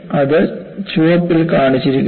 അത് ചുവപ്പിൽ കാണിച്ചിരിക്കുന്നു